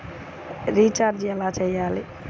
Recharge ఎలా చెయ్యాలి?